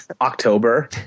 October